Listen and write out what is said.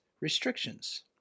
restrictions